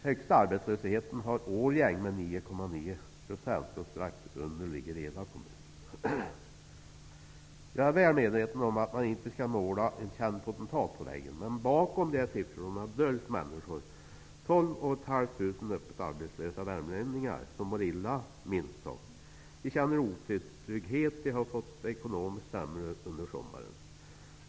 Högsta arbetslösheten har Årjäng, med 9,9 %. Strax efter kommer Eda kommun. Jag är väl medveten om att man inte skall måla en känd potentat på väggen. Men bakom de här siffrorna döljs människor, 12 500 öppet arbetslösa värmlänningar som mår illa, minst sagt. De känner otrygghet, och de har fått det ekonomiskt sämre under sommaren.